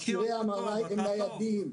מכשירי MRI הם ניידים.